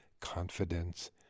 confidence